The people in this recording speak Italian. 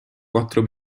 quattro